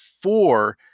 Four